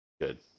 good